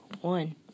One